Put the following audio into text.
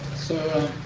so.